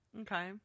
Okay